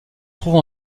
trouve